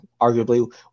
arguably